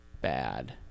bad